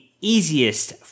easiest